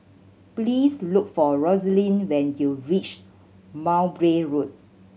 please look for Rosaline when you reach Mowbray Road